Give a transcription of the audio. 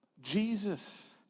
Jesus